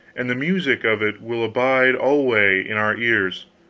and the music of it will abide alway in our ears.